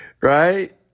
Right